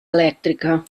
elèctrica